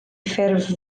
ffurf